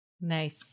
Nice